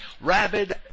rabid